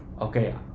okay